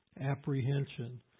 Apprehension